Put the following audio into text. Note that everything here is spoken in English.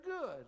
good